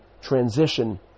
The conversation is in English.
transition